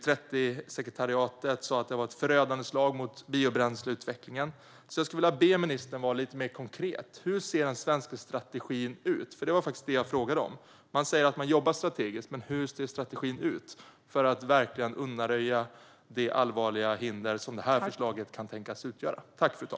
2030sekretariatet sa att det var ett förödande slag mot biobränsleutvecklingen. Jag skulle vilja be ministern att vara lite mer konkret. Hur ser den svenska strategin ut? Det var det jag frågade om. Man säger att man jobbar strategiskt, men hur ser strategin ut för att verkligen undanröja de allvarliga hinder som förslaget kan tänkas utgöra?